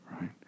right